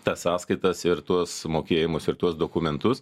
tas sąskaitas ir tuos mokėjimus ir tuos dokumentus